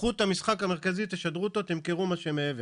קחו את המשחק המרכזי תשדרו אותו ותמכרו את מה שמעבר.